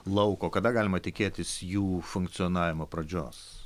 lauko kada galima tikėtis jų funkcionavimo pradžios